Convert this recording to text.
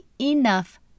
Enough